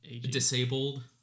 Disabled